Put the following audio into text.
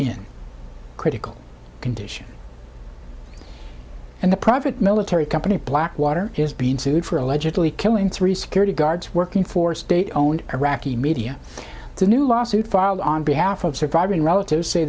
in critical condition and the private military company blackwater is being sued for allegedly killing three security guards working for state owned iraqi media the new lawsuit filed on behalf of surviving relatives say